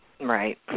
Right